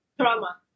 Trauma